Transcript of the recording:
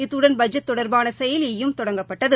இத்துடன் பட்ஜெட் தொடர்பான செயலி யும் தொடங்கப்பட்டது